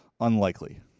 unlikely